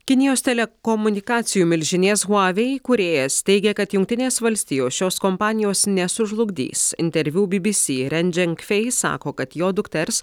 kinijos telekomunikacijų milžinės huavei įkūrėjas teigia kad jungtinės valstijos šios kompanijos nesužlugdys interviu bibisi ren dženkfeis sako kad jo dukters